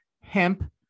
hemp